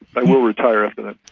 but will retire after that.